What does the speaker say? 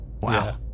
Wow